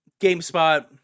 GameSpot